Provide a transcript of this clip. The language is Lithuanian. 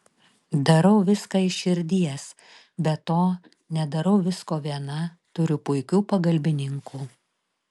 darau viską iš širdies be to nedarau visko viena turiu puikių pagalbininkų